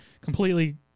completely